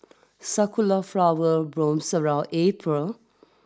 sakura flower blooms around April